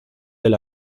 del